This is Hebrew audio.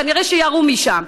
כנראה ירו משם.